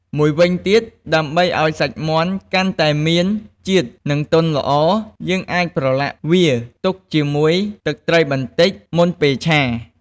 មួយវិញទៀត ដើម្បីឱ្យសាច់មាន់កាន់តែមានជាតិ និងទន់ល្អ យើងអាចប្រឡាក់វាទុកជាមួយទឹកត្រីបន្តិច មុនពេលឆា។